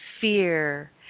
fear